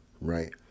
right